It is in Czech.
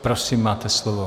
Prosím, máte slovo.